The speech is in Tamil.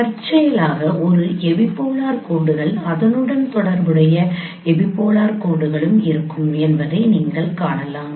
தற்செயலாக ஒரு எபிபோலார் கோடுகள் அதனுடன் தொடர்புடைய எபிபோலார் கோடுகளும் இருக்கும் என்பதை நீங்கள் காணலாம்